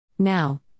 Now